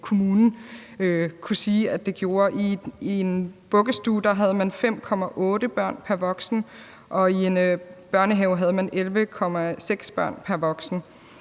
kommunen kunne sige at det gjorde. I en vuggestue havde man 5,8 børn pr. voksen, og i en børnehave havde man 11,6 børn pr. voksen,